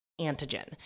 antigen